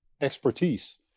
expertise